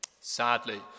Sadly